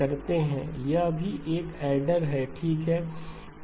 यह भी एक एडर है ठीक है